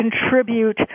contribute